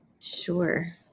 Sure